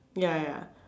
ya ya